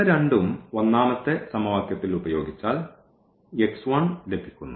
ഇവ രണ്ടും ഒന്നാമത്തെ സമവാക്യത്തിൽ ഉപയോഗിച്ചാൽ ലഭിക്കുന്നു